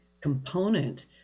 component